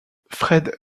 fred